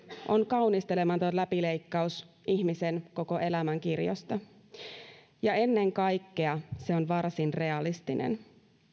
on kaunistelematon läpileikkaus ihmisen koko elämänkirjosta ja ennen kaikkea se on varsin realistinen